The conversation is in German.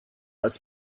als